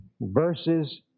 verses